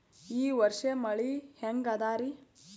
ಈ ವರ್ಷ ಮಳಿ ಹೆಂಗ ಅದಾರಿ?